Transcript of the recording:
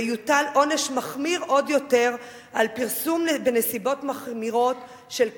ויוטל עונש מחמיר עוד יותר על פרסום בנסיבות מחמירות של קטין,